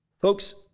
Folks